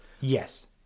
Yes